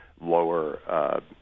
lower